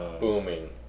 booming